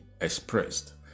expressed